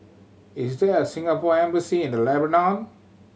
is there a Singapore Embassy in the Lebanon